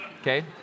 Okay